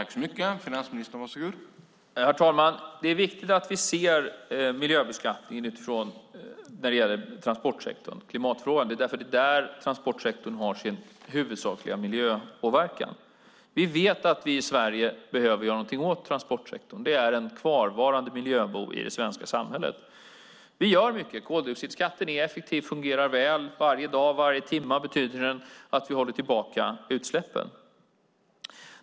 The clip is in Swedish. Herr talman! Det är viktigt att vi ser miljöbeskattningen utifrån klimatfrågan när det gäller transportsektorn eftersom det är där transportsektorn har sin huvudsakliga miljöpåverkan. Vi vet att vi i Sverige behöver göra någonting åt transportsektorn. Det är en kvarvarande miljöbov i det svenska samhället. Vi gör mycket. Koldioxidskatten är effektiv. Den fungerar väl. Varje dag och varje timma betyder den att vi håller tillbaka utsläppen.